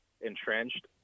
entrenched